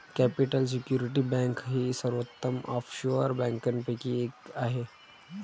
capital security bank ही सर्वोत्तम offshore बँकांपैकी एक आहे